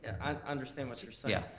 i understand what you're so yeah